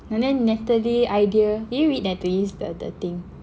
and then Natalie idea did you read Natalie's the that thing